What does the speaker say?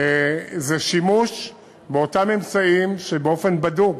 הוא שימוש באותם אמצעים שבאופן בדוק,